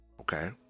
Okay